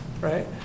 right